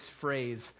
phrase